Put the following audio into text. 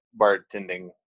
bartending